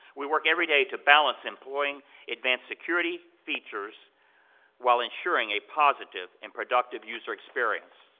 we work every day to balance employing advanced security features while ensuring a positive and productive user experience.